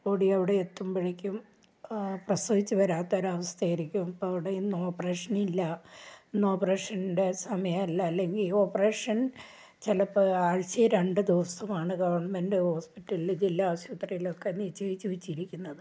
ഓടി അവിടെ എത്തുമ്പോഴേക്കും പ്രസവിച്ച് വരാത്ത ഒരു അവസ്ഥ ആയിരിക്കും അപ്പം അവിടെ ഇന്ന് ഓപ്പറേഷൻ ഇല്ല ഇന്ന് ഓപ്പറേഷൻ്റെ സമയമല്ല അല്ലെങ്കിൽ ഓപ്പറേഷൻ ചിലപ്പോൾ ആഴ്ചയിൽ രണ്ട് ദിവസമാണ് ഗവൺമെന്റ് ഹോസ്പിറ്റൽ ജില്ലാ ആശുപത്രിയിലൊക്കെ നിശ്ചയിച്ച് വെച്ചിരിക്കുന്നത്